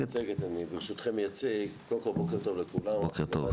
בוקר טוב לכולם,